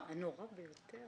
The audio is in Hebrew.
הדבר הנורא ביותר?